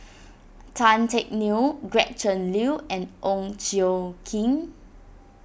Tan Teck Neo Gretchen Liu and Ong Tjoe Kim